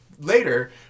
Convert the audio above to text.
later